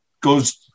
goes